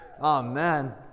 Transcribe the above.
Amen